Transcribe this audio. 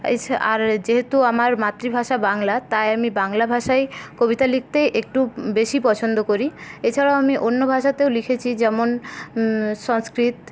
এছা আর যেহেতু আমার মাতৃভাষা বাংলা তাই আমি বাংলা ভাষায় কবিতা লিখতে একটু বেশী পছন্দ করি এছাড়াও আমি অন্য ভাষাতেও লিখেছি যেমন সংস্কৃত